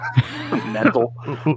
Mental